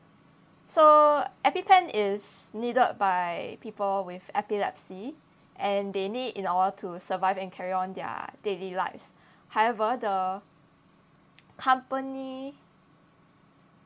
so EpiPen is needed by people with epilepsy and they need it in order to survive and carry on their daily lives however the company